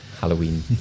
Halloween